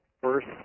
First